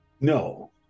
No